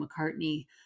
McCartney